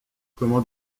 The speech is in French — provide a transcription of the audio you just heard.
comment